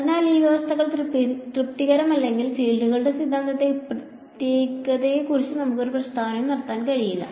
അതിനാൽ ഈ വ്യവസ്ഥകൾ തൃപ്തികരമല്ലെങ്കിൽ ഫീൽഡുകളുടെ സിദ്ധാന്തത്തിന്റെ പ്രത്യേകതയെക്കുറിച്ച് നമുക്ക് ഒരു പ്രസ്താവനയും നടത്താൻ കഴിയില്ല